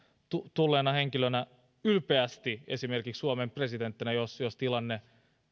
tulleena henkilönä ylpeästi esimerkiksi suomen presidenttinä jos jos tilanne